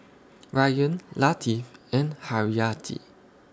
Ryan Latif and Haryati